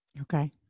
Okay